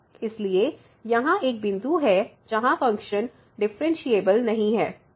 इसलिए यहां एक बिंदु है जहां फ़ंक्शन डिफ़्फ़रेनशियेबल नहीं है